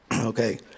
okay